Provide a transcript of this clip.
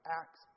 acts